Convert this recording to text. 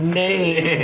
name